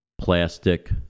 Plastic